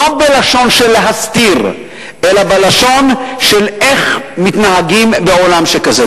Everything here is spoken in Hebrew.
לא בלשון של להסתיר אלא בלשון של איך מתנהגים בעולם שכזה.